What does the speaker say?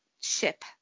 ship